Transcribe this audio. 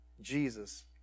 Jesus